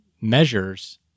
measures